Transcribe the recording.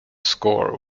score